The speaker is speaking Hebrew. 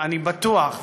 אני בטוח,